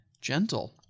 gentle